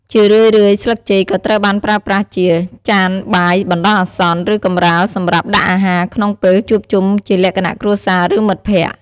ជារឿយៗ ស្លឹកចេកក៏ត្រូវបានប្រើប្រាស់ជា ចានបាយបណ្តោះអាសន្ន ឬកម្រាលសម្រាប់ដាក់អាហារក្នុងពេលជួបជុំគ្នាជាលក្ខណៈគ្រួសារ ឬមិត្តភក្តិ។